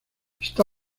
está